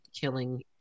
Killing